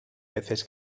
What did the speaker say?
veces